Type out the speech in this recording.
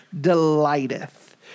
delighteth